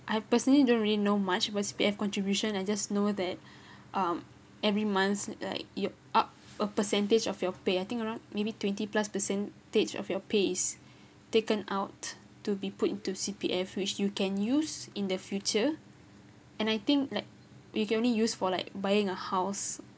I personally don't really know much about C_P_F contribution I just know that um every month like you up a percentage of your pay I think around maybe twenty plus percentage of your pay is taken out to be put into C_P_F which you can use in the future and I think like we can only use for like buying a house